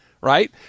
right